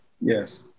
Yes